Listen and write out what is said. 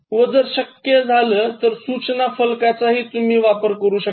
व जर शक्य झाला तर सूचना फलकाचाही तुम्ही वापर करू शकता